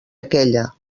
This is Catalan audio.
aquella